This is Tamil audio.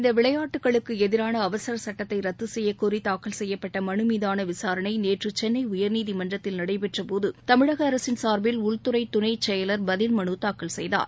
இந்த அவசரச் சுட்டத்தை ரத்து செய்யக்கோரி தாக்கல் செய்யப்பட்ட மனு மீதான விசாரணை நேற்று சென்னை உயர்நீதிமன்றத்தில் நடைபெற்றபோது தமிழக அரசின் சார்பில் உள்துறை துணைச் செயலர் பதில் மனு தாக்கல் செய்தார்